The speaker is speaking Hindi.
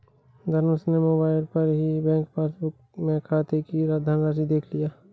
धनुष ने मोबाइल पर ही बैंक पासबुक में खाते की धनराशि देख लिया